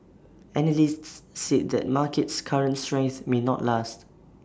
analysts said that market's current strength may not last